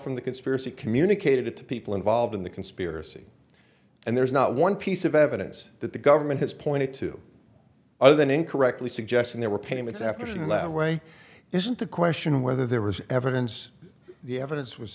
from the conspiracy communicated to people involved in the conspiracy and there's not one piece of evidence that the government has pointed to other than incorrectly suggesting there were payments after she left way isn't the question whether there was evidence the evidence was